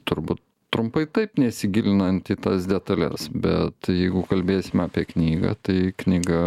turbūt trumpai taip nesigilinant į tas detales bet jeigu kalbėsime apie knygą tai knyga